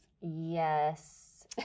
yes